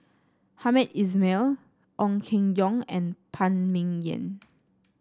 Hamed Ismail Ong Keng Yong and Phan Ming Yen